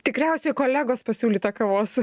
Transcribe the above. tikriausiai kolegos pasiūlytą kavos